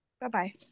Bye-bye